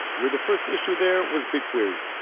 where the first issue there was bigquery.